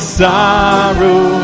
sorrow